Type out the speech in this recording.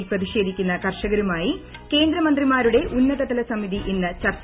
ഡൽഹിയിൽ പ്രതിഷേധിക്കുന്ന കർഷകരുമായി കേന്ദ്ര മന്ത്രിമാരുടെ ഉന്നതതല സമീതി ഇന്ന് ചർച്ച